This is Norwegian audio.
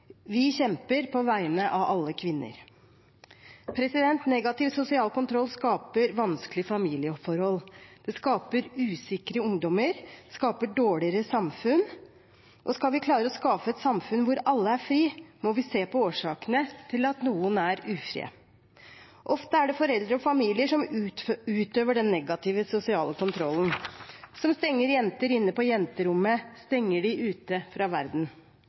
vi kjemper på vegne av alle kvinner. Negativ sosial kontroll skaper vanskelige familieforhold. Det skaper usikre ungdommer, det skaper dårligere samfunn. Skal vi klare å skape et samfunn hvor alle er fri, må vi se på årsakene til at noen er ufri. Ofte er det foreldre og familier som utøver den negative sosiale kontrollen, som stenger jenter inne på jenterommet – stenger dem ute fra verden.